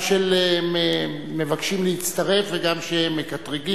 גם של מבקשים להצטרף וגם של מקטרגים.